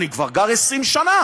אני כבר גר 20 שנה.